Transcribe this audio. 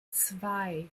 zwei